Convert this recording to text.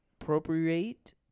appropriate